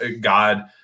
God